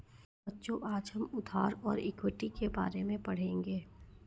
बच्चों आज हम उधार और इक्विटी के बारे में पढ़ेंगे